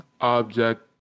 object